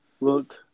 look